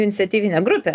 inciatyvinė grupė